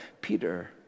Peter